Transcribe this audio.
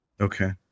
okay